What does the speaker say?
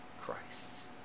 Christ